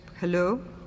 hello